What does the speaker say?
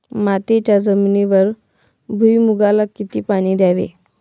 मातीच्या जमिनीवर भुईमूगाला किती पाणी द्यावे?